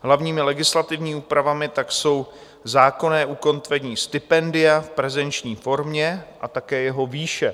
Hlavními legislativními úpravami tak jsou zákonné ukotvení stipendia v prezenční formě a také jeho výše.